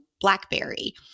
BlackBerry